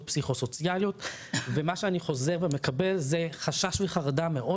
פסיכוסוציאליות" ומה שאני חוזר ומקבל זה חשש וחרדה מאוד